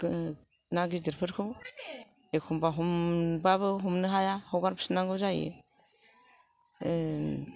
ना गिदिरफोरखौ एखमबा हमबाबो हमनो हाया हगार फिननांगौ जायो